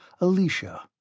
Alicia